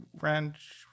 wrench